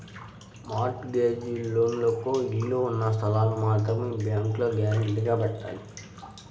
mart gauge లోన్లకు ఇళ్ళు ఉన్న స్థలాల్ని మాత్రమే బ్యేంకులో గ్యారంటీగా పెట్టాలి